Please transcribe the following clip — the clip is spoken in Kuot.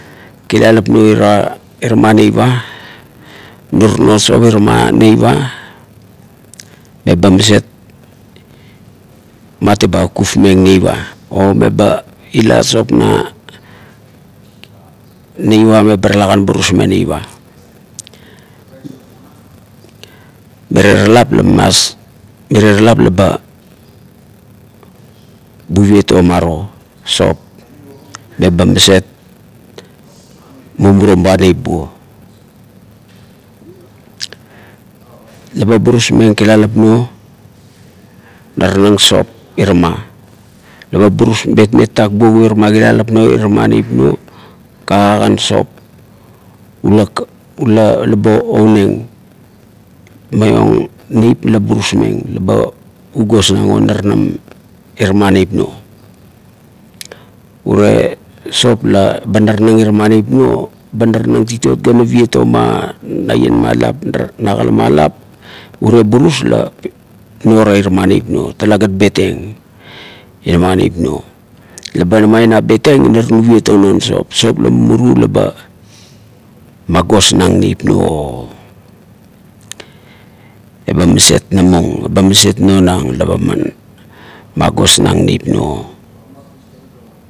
Kilalap nuo irama neip a, nurano sop irama neip a, eba maset matiba kufkufmeng neip a o, meba ila sop na neip a be tulakan burusmeng neip a. Mirie ra lap la mas, mirie ra lap laba buviet o sop meba maset mumurum ba neip buo. Leba burusmeng kilalap buo naranang sop irama. Leba burus betmeng tatak buogup irama kilalap irama neip nuo kagaka op ula "ka" laba ugosnang o, naranam irama neip nuo ba naranang titot ga naviet o naien ma lop, nagala ma lop, urie ra burus la no ra irama neip nuo. Tulagat betieng irama neip nuo. Laba ina betieng inar nuviet o non sop. Sop la mumuru la ba magosnang neip nuo o. Eba maset namung eba maset nonang la ba man magosnang neip nuo